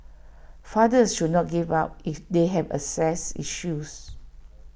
fathers should not give up if they have access issues